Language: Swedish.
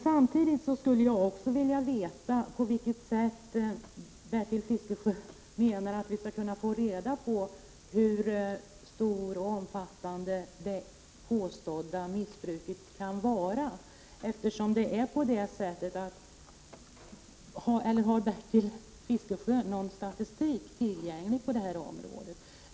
Samtidigt skulle jag vilja veta: Hur menar Bertil Fiskesjö att vi skall kunna få reda på hur stort och hur omfattande det påstådda missbruket kan vara? Har Bertil Fiskesjö någon statistik tillgänglig på detta område?